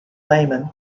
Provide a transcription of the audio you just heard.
laymen